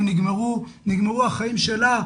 ונגמרו החיים שלה,